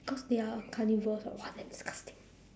because they are carnivores [what] !wah! disgusting